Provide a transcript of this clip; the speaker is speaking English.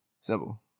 simple